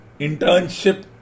internship